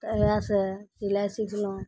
तऽ इएहेसँ सिलाइ सिखलहुँ